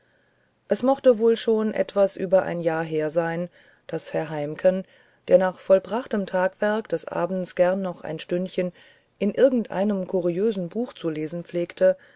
es mochte wohl schon etwas über ein jahr her sein daß herr heimken der nach vollbrachtem tagewerk des abends gern noch ein stündchen in irgendeinem kuriösen buche zu lesen pflegte